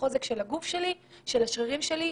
הגוף והשרירים שלי,